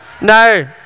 No